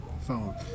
phone